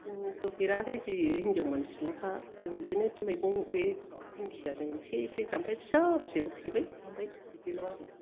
जों होफेराखै गियो हिन्जाव मानसियानोखा जों बिदिनो दिंखियाजों एसे एसे जाम्फै फिसा फिसौ थेबाय बिदिल' आरो